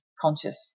conscious